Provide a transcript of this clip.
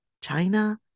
China